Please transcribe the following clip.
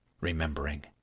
remembering